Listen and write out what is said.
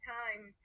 time